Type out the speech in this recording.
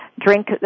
drink